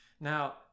now